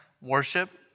worship